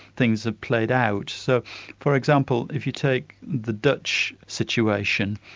things have played out. so for example, if you take the dutch situation,